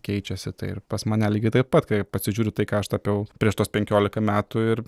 keičiasi tai ir pas mane lygiai taip pat kai pasižiūriu tai ką aš tapiau prieš tuos penkioliką metų ir